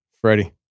Freddie